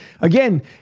again